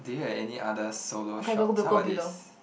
do you have any other solo shots how about this